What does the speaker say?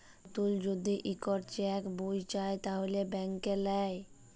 লতুল যদি ইকট চ্যাক বই চায় তাহলে ব্যাংকে লেই